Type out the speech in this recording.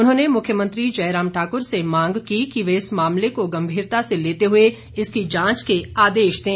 उन्होंने मुख्यमंत्री जयराम ठाकुर से मांग की कि वे इस मामले को गंभीरता से लेते हुए इसकी जांच के आदेश दें